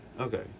Okay